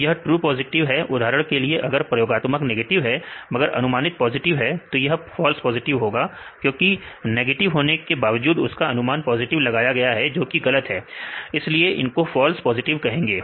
तो यह true positive है उदाहरण के लिए अगर प्रयोगात्मक नेगेटिव है मगर अनुमानित पॉजिटिव है तो यह फॉल्स पॉजिटिव होगा क्योंकि नेगेटिव होने के बावजूद उसका अनुमान पॉजिटिव लगाया गया था जो कि गलत है इसलिए इसको फॉल्स पॉजिटिव कहेंगे